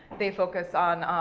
they focus on,